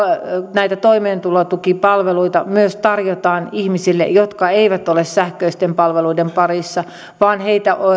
toimeentulotukipalveluita tarjotaan myös ihmisille jotka eivät ole sähköisten palveluiden parissa vaan heitä tuetaan